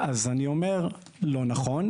אז אני אומר, לא נכון.